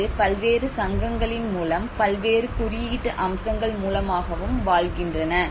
இது பல்வேறு சங்கங்களின் மூலம் பல்வேறு குறியீட்டு அம்சங்கள் மூலமாகவும் வாழ்கின்றன